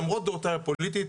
למרות דעותיי הפוליטיות,